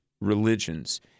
Religions